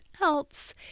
else